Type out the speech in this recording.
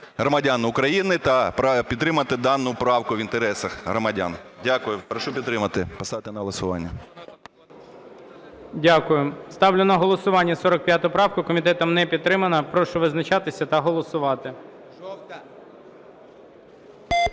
громадян України та підтримати дану правку в інтересах громадян. Дякую. Прошу підтримати. Поставити на голосування. ГОЛОВУЮЧИЙ. Дякую. Ставлю на голосування 45 правку. Комітетом не підтримана. Прошу визначатися та голосувати.